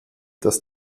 das